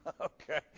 Okay